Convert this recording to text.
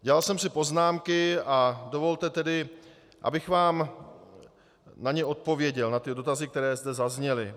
Dělal jsem si poznámky a dovolte tedy, abych vám na ně odpověděl, na ty dotazy, které zde zazněly.